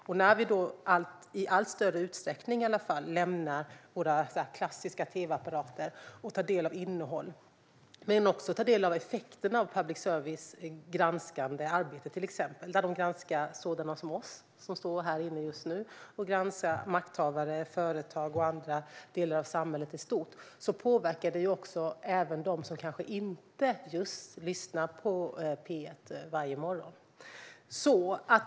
Och vi lämnar i allt större utsträckning våra klassiska tvapparater och tar del av innehåll på annat sätt. Men vi tar också del av effekterna av public service, till exempel granskande arbete. Public service granskar sådana som oss, som står i den här kammaren just nu, och makthavare, företag och andra delar av samhället i stort. Och det påverkar även dem som kanske inte lyssnar på just P1 varje morgon.